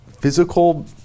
physical